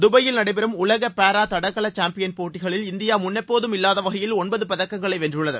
துபாயில் நடைபெற்ற உலக பேரா தடகள சாம்பியன் போட்டிகளில் இந்தியா முன் எப்போதும் இல்லாத வகையில் ஒன்பது பதக்கங்களை வென்றுள்ளது